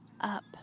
up